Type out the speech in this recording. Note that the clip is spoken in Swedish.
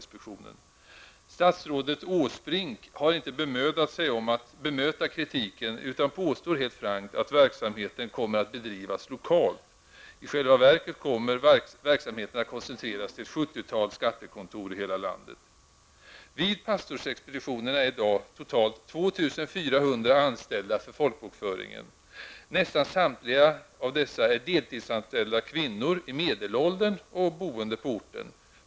Statsrådet Åsbrink har inte bemödat sig om att bemöta kritiken utan påstår helt frankt att verksamheten kommer att bedrivas lokalt. I själva verket kommer verksamheten att koncentreras till ett 70-tal skattekontor i hela landet. anställda för folkbokföringen. Nästan samtliga dessa är deltidsanställda kvinnor i medelåldern och boende på orten.